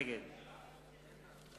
נגד